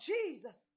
Jesus